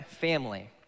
family